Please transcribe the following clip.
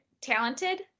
talented